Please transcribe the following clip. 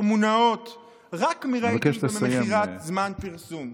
מונעות רק מרייטינג ומכירת זמן פרסום.